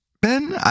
Ben